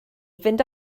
fynd